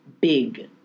big